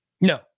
No